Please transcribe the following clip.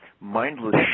mindless